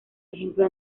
ejemplo